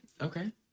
okay